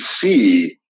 see